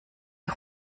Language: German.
die